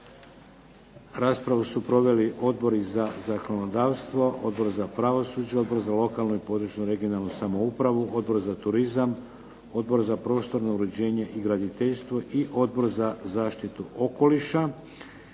Raspravu su proveli odbori za zakonodavstvo, Odbor za pravosuđe, Odbor za lokalnu i područnu (regionalnu) samoupravu, Odbor za turizam, Odbor za prostorno uređenje i graditeljstvo i Odbor za zaštitu okoliša.